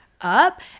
up